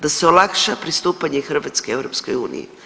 Da se olakša pristupanje Hrvatske EU.